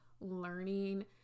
learning